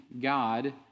God